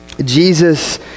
Jesus